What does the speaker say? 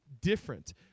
different